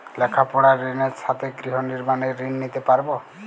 লেখাপড়ার ঋণের সাথে গৃহ নির্মাণের ঋণ নিতে পারব?